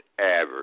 Average